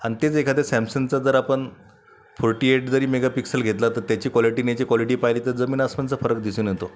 आणि तेच एखादं सॅमसंगचा जर आपण फोर्टी एट जरी मेगापिक्सेल घेतला तर त्याची क्वालिटी आणि याची क्वालिटी पहिली तर जमीन अस्मानाचा फरक दिसून येतो